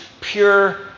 pure